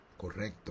correcto